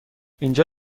اینجا